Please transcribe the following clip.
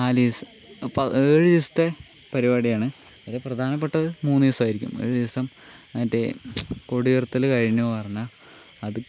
നാല് ദിവസം അപ്പൊൾ ഏഴു ദിവസത്തെ പരിപാടിയാണ് അതി പ്രധാനപ്പെട്ടത് മൂന്ന് ദിവസായിരിക്കും ഒരു ദിവസം മറ്റേ കൊടിഉയർത്തല് കഴിഞ്ഞു പറഞ്ഞാൽ